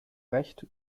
recht